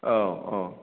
औ औ